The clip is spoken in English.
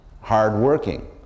hardworking